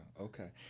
Okay